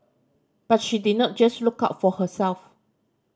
but she did not just look out for herself